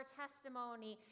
testimony